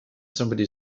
somebody